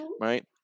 Right